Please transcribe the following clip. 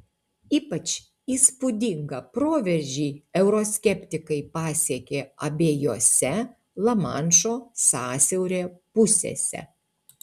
ypač įspūdingą proveržį euroskeptikai pasiekė abiejose lamanšo sąsiaurio pusėse